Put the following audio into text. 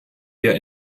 der